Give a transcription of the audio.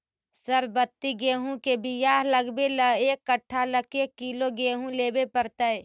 सरबति गेहूँ के बियाह लगबे ल एक कट्ठा ल के किलोग्राम गेहूं लेबे पड़तै?